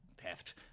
theft